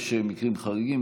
יש מקרים חריגים.